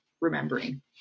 remembering